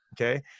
okay